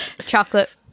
Chocolate